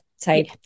type